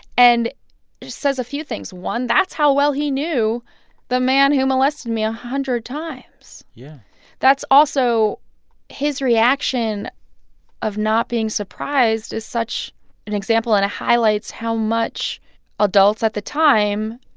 and it just says a few things. one, that's how well he knew the man who molested me a hundred times yeah that's also his reaction of not being surprised is such an example and it highlights how much adults, at the time,